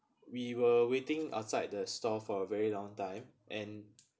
we were waiting outside the store for a very long time and